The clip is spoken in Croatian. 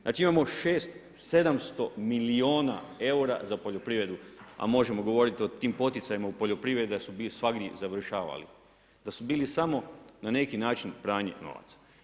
Znači imamo 700 milijuna eura za poljoprivredu, a možemo govoriti o tim poticajima u poljoprivredi da su svagdje završavali, da su bili samo na neki način samo pranje novaca.